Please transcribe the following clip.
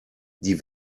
die